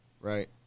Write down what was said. right